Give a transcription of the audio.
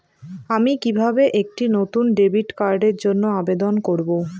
আমি কিভাবে একটি নতুন ডেবিট কার্ডের জন্য আবেদন করব?